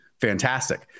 fantastic